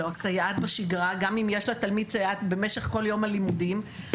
הלוא הסייעת בשגרה גם אם יש לתלמיד סייעת במשך כל יום הלימודים,